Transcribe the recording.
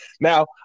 Now